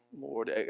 Lord